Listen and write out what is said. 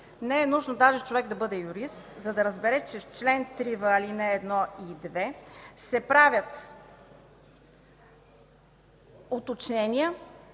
Не е нужно даже човек да бъде юрист, за да разбере, че в чл. 3в, ал. 1 и 2 се правят уточнения,